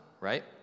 right